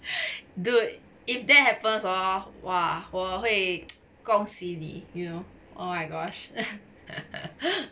dude if that happens hor !wah! 我会恭喜你 you know oh my gosh